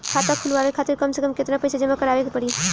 खाता खुलवाये खातिर कम से कम केतना पईसा जमा काराये के पड़ी?